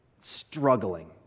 struggling